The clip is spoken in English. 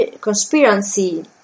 conspiracy